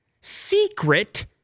secret